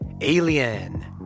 Alien